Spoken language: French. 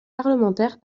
parlementaire